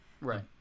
right